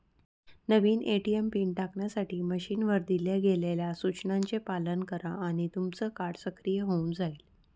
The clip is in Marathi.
नवीन ए.टी.एम पिन टाकण्यासाठी मशीनवर दिल्या गेलेल्या सूचनांचे पालन करा आणि तुमचं कार्ड सक्रिय होऊन जाईल